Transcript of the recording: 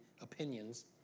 Opinions